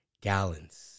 gallons